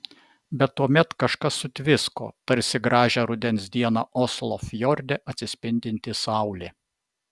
bet tuomet kažkas sutvisko tarsi gražią rudens dieną oslo fjorde atsispindinti saulė